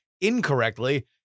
incorrectly